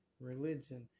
religion